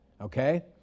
okay